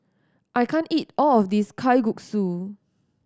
I can't eat all of this Kalguksu